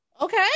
Okay